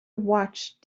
watched